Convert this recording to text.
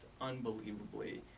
unbelievably